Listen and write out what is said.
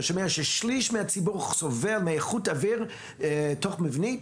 כשאתה שומע ששליש מהציבור סובל מאיכות אוויר תוך מבני.